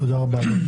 תודה רבה.